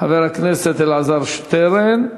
חבר הכנסת אלעזר שטרן,